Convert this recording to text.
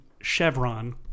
Chevron